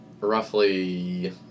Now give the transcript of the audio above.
roughly